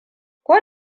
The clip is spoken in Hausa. ko